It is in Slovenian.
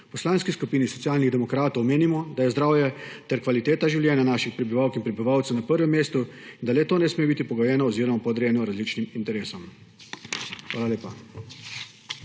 Poslanski skupini Socialnih demokratov menimo, da je zdravje ter kvaliteta življenja naših prebivalk in prebivalcev na prvem mestu in da le-to ne sme biti pogojeno oziroma podrejeno različnim interesom. Hvala lepa.